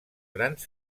grans